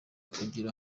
kugira